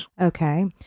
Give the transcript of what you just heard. Okay